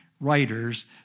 writers